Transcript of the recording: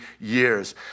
years